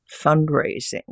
fundraising